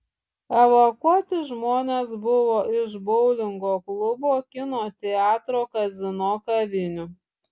evakuoti žmonės buvo iš boulingo klubo kino teatro kazino kavinių